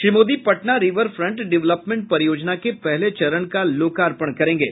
Shri Modi Patna river front development परियोजना के पहले चरण का लोकार्पण करेंगे